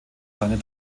seinen